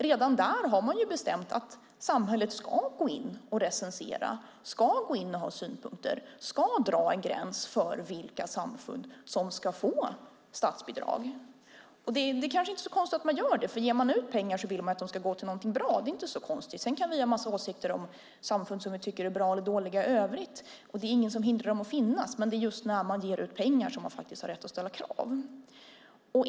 Redan där har man bestämt att samhället ska gå in och recensera, ha synpunkter och dra en gräns för vilka samfund som ska få statsbidrag. Det kanske inte är så konstigt att man gör det, för ger man ut pengar vill man att de ska gå till någonting bra. Sedan kan vi ha en massa åsikter om samfund som vi tycker är bra eller dåliga i övrigt. Det är inget som hindrar dem från att finnas. Men det är just när man ger ut pengar som man har rätt att ställa krav.